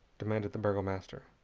demanded the burgomaster.